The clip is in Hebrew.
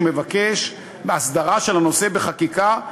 הוא מבקש הסדרה של הנושא בחקיקה,